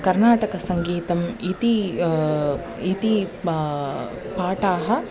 कर्नाटकसङ्गीतम् इति इति प् पाठानाम्